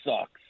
sucks